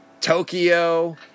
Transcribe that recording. Tokyo